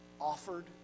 offered